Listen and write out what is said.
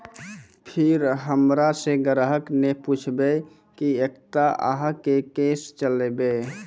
फिर हमारा से ग्राहक ने पुछेब की एकता अहाँ के केसे चलबै?